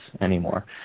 anymore